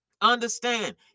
Understand